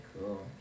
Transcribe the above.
cool